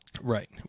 right